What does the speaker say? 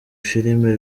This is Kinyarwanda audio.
filime